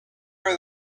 her